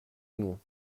non